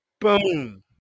Boom